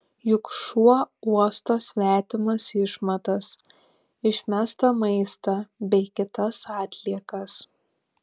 juk šuo uosto svetimas išmatas išmestą maistą bei kitas atliekas